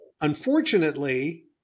unfortunately